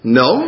no